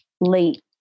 late